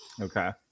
okay